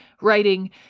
writing